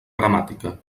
gramàtica